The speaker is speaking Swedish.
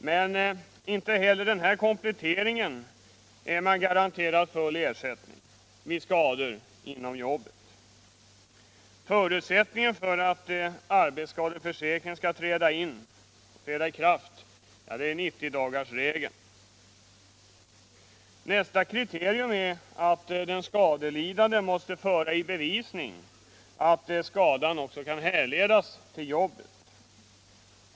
Men inte heller med denna komplettering är man garanterad full ersättning vid skador inom jobbet. Förutsättningen för att arbetsskadeförsäkringen skall träda i kraft är 90-dagarsregeln. Den skadelidande måste själv föra i bevisning att skadan kan ”här ledas” till jobbet.